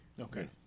Okay